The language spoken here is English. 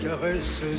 caresse